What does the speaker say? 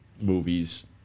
movies